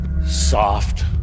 soft